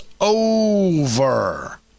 over